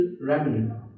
remnant